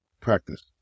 practice